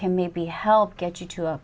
can maybe help get you to